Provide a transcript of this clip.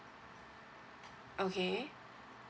okay